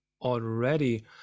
already